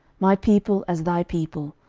my people as thy people,